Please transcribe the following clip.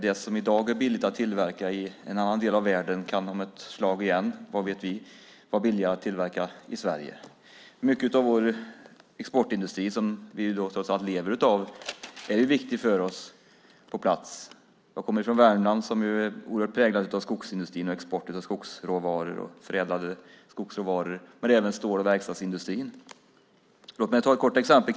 Det som i dag är billigt att tillverka i en annan del av världen kan om ett tag vara billigare att tillverka i Sverige. Vad vet vi? Mycket av vår exportindustri, som vi trots allt lever av, är viktig för oss. Jag kommer från Värmland som ju är oerhört präglat av skogsindustrin och export av skogsråvaror och förädlade skogsråvaror men även av stål och verkstadsindustrin. Låt mig ta ett exempel.